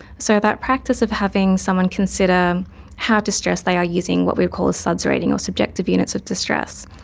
so that practice of having someone consider how distressed they are using what we would call a suds reading, or subjective units of distress.